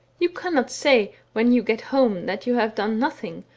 you cannot say, when you get home, that you have done nothing,